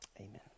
Amen